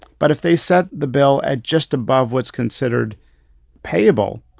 but if they set the bill at just above what's considered payable,